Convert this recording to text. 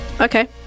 Okay